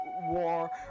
War